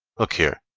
look here,